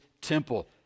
temple